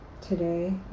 today